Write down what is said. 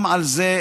גם על זה,